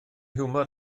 hiwmor